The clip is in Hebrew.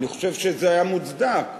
אני חושב שזה היה מוצדק.